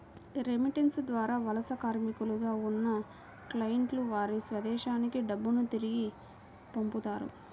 remittance ద్వారా వలస కార్మికులుగా ఉన్న క్లయింట్లు వారి స్వదేశానికి డబ్బును తిరిగి పంపుతారు